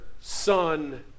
Son